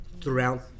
throughout